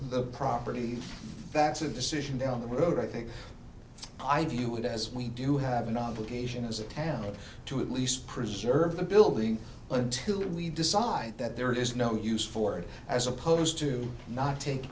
the property that's a decision down the road i think i view it as we do have an obligation as a town to at least preserve the building until we decide that there is no use for it as opposed to not take